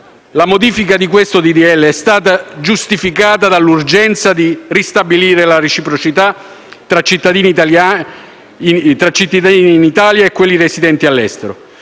La modifica in questo disegno di legge è stata giustificata dall'urgenza di ristabilire la reciprocità tra cittadini in Italia e quelli residenti all'estero,